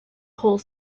whole